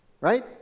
right